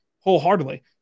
wholeheartedly